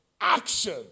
Action